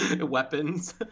weapons